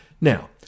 Now